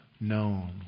known